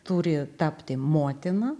turi tapti motina